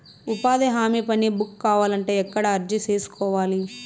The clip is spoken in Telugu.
ఉపాధి హామీ పని బుక్ కావాలంటే ఎక్కడ అర్జీ సేసుకోవాలి?